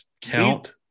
count